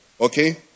Okay